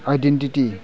identity